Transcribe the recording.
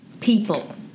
people